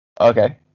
Okay